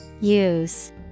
Use